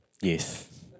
Yes